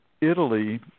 Italy